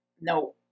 No